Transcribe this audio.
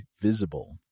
Visible